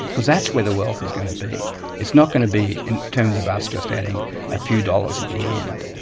because that's where the wealth is going to be. it's not going to be in terms of us just adding a few dollars at the end.